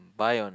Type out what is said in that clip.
buy on ah